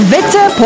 Victor